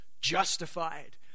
justified